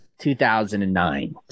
2009